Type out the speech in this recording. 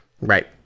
Right